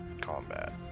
combat